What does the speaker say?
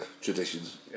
traditions